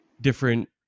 different